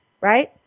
right